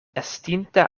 estinta